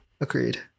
agreed